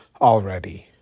already